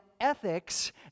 ethics